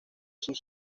sus